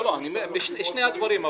שני הדברים.